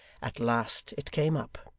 at last it came up.